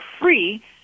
free